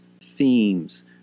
themes